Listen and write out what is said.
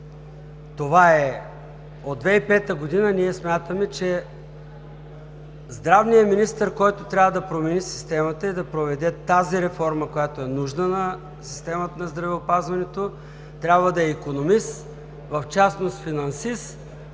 (Оживление.) От 2005 г. ние смятаме, че здравният министър, който трябва да промени системата и да проведе тази реформа, която е нужна на системата на здравеопазването, трябва да е икономист, в частност финансист